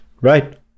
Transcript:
Right